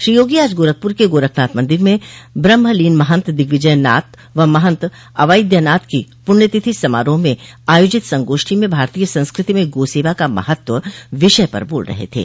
श्री योगी आज गोरखपुर के गोरखनाथ मंदिर में ब्रह्मलीन महंत दिग्विजयनाथ व महंत अवेद्यनाथ की पुण्यतिथि समारोह में आयोजित संगोष्ठी में भारतीय संस्कृति में गो सेवा का महत्व विषय पर बोल रहे थे